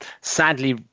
sadly